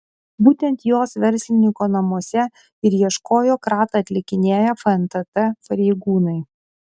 būtent jos verslininko namuose ir ieškojo kratą atlikinėję fntt pareigūnai